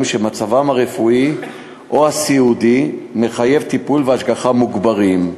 שמצבם הרפואי או הסיעודי מחייב טיפול והשגחה מוגברים.